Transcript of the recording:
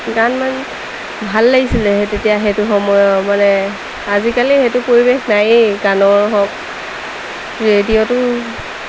গান ইমান ভাল লাগিছিলে তেতিয়া সেইটো সময় মানে আজিকালি সেইটো পৰিৱেশ নায়েই গানৰ হওক ৰেডিঅ'টো